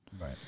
Right